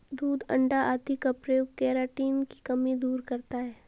दूध अण्डा आदि का प्रयोग केराटिन की कमी दूर करता है